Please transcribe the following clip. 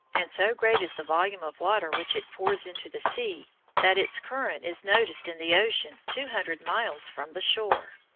and so great is the volume of water which it pours into the sea that its current is noticed in the ocean two hundred miles from the shore.